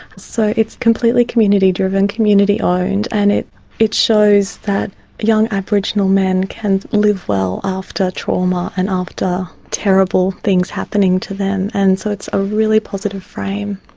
so it's completely community driven, community owned, and it it shows that young aboriginal men can live well after trauma and after terrible things happening to them. and so it's a really positive frame.